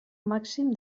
màxim